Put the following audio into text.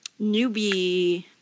newbie